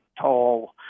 tall